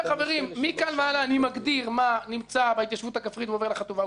מכאן והלאה אני מגדיר מה נמצא בהתיישבות בכפרית ועובר לחטיבה ומה לא.